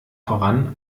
voran